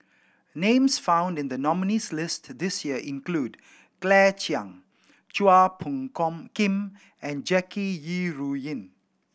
names found in the nominees' list this year include Claire Chiang Chua Phung Kim and Jackie Yi Ru Ying